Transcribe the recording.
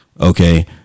okay